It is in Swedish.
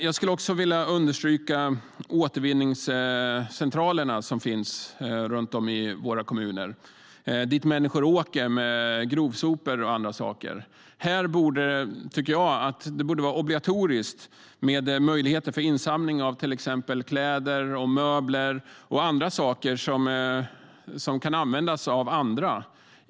Jag skulle också vilja understryka vikten av de återvinningscentraler som finns runt om i våra kommuner och dit människor åker med grovsopor och andra saker. Här borde det vara obligatoriskt med möjligheter för insamling av till exempel kläder, möbler och andra saker som kan användas av andra.